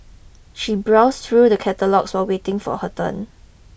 she browsed through the catalogues while waiting for her turn